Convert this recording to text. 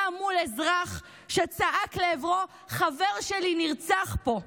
מול אזרח שצעק לעברו: חבר שלי נרצח פה.